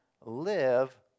live